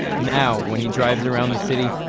now, when he drives around the city,